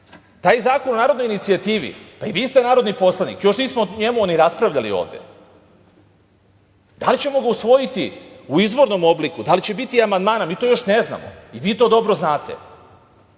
Taj zakon o narodnoj inicijativi, pa i vi ste narodni poslanik, još nismo o njemu ni raspravljali ovde, da li ćemo ga usvojiti u izvornom obliku, da li će biti amandmana, mi to još ne znamo, i vi to dobro znate.